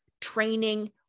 training